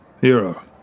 hero